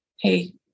Hey